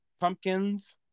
pumpkins